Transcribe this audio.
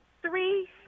three